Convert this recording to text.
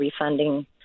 refunding